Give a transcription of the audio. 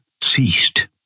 ceased